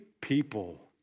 people